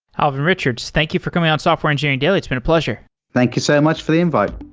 alvin richards, thank you for coming on software engineering daily. it's been a pleasure thank you so much for the invite